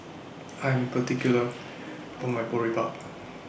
I Am particular My Boribap